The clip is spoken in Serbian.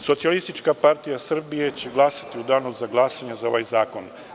Socijalistička partija Srbije će glasati u Danu za glasanje za ovaj zakon.